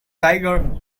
tiger